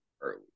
early